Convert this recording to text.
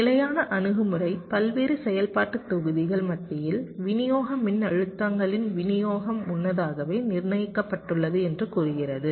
நிலையான அணுகுமுறை பல்வேறு செயல்பாட்டு தொகுதிகள் மத்தியில் விநியோக மின்னழுத்தங்களின் விநியோகம் முன்னதாகவே நிர்ணயிக்கப்பட்டுள்ளது என்று கூறுகிறது